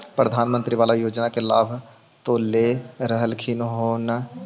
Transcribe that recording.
प्रधानमंत्री बाला योजना के लाभ तो ले रहल्खिन ह न?